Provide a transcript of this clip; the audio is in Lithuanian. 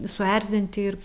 suerzinti ir